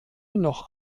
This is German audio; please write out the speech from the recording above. noch